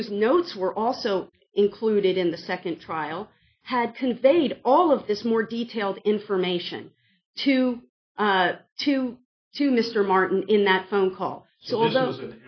whose notes were also included in the second trial had conveyed all of this more detailed information to to to mr martin in that phone call so as those